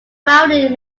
welding